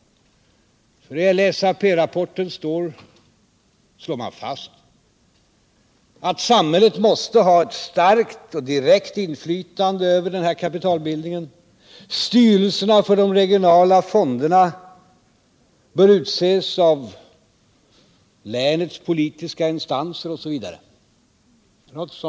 I LO-SAP-rapporten slår man fast att samhället måste ha ett starkt och direkt inflytande över denna kapitalbildning. Styrelserna för de regionala fonderna bör utses av länets politiska instanser osv.